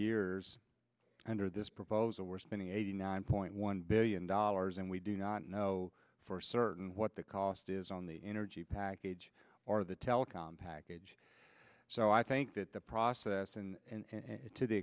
years under this proposal we're spending eighty nine point one billion dollars and we do not know for certain what the cost is on the energy package or the telecom package so i think that the process and to the